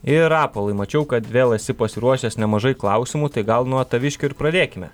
ir rapolai mačiau kad vėl esi pasiruošęs nemažai klausimų tai gal nuo taviškių ir pradėkime